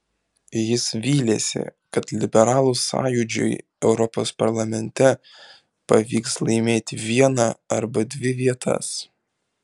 jis vylėsi kad liberalų sąjūdžiui europos parlamente pavyks laimėti vieną arba dvi vietas